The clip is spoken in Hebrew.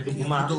לדוגמא,